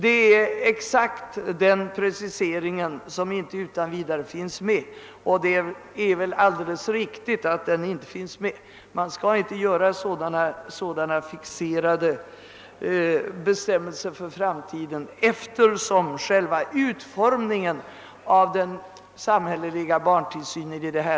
Den preciseringen har inte tagits med av utskottet, och det är väl alldeles riktigt att så inte har skett. Man skall inte göra sådana fixerade bestämmelser för framtiden, eftersom själva utformningen av den samhälleliga barntillsynen är det viktiga.